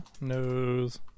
Nose